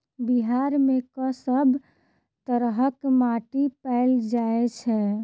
बिहार मे कऽ सब तरहक माटि पैल जाय छै?